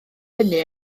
hynny